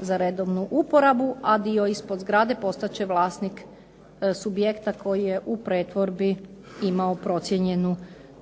za redovnu uporabu a dio ispod zgrade postat će vlasnik subjekta koji je u pretvori imao